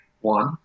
One